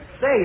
Say